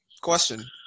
question